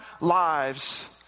lives